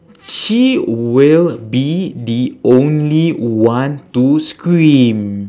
she will be the only one to scream